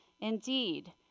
Indeed